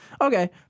Okay